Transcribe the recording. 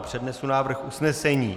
Přednesu návrh usnesení.